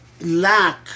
lack